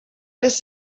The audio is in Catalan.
les